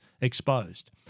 exposed